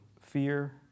Fear